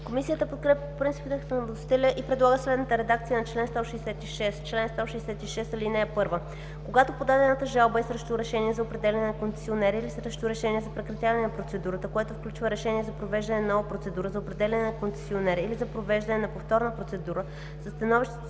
Комисията подкрепя по принцип текста на вносителя и предлага следната редакция на чл. 166: „Чл. 166. (1) Когато подадената жалба е срещу решение за определяне на концесионер или срещу решение за прекратяване на процедурата, което включва решение за провеждане на нова процедура за определяне на концесионер или за провеждане на повторна процедура, със становището